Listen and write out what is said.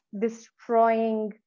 destroying